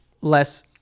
less